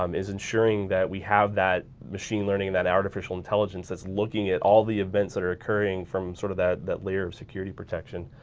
um is ensuring that we have that machine learning, that artificial intelligence, that's looking at all the events that are occurring from sort of, that that layer of security protection,